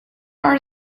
are